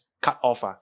cut-off